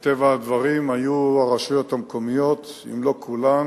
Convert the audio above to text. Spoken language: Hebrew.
מטבע הדברים, היו הרשויות המקומיות, אם לא כולן